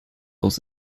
aus